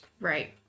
Right